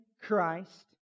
Christ